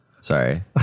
Sorry